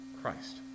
Christ